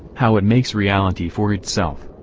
how it makes reality for itself.